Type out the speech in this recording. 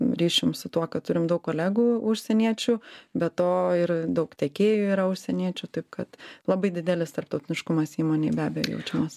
ryšium su tuo kad turim daug kolegų užsieniečių be to ir daug tiekėjų yra užsieniečių taip kad labai didelis tarptautiškumas įmonėj be abejo jaučiamas